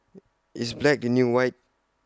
is black the new white